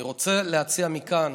אני רוצה להציע מכאן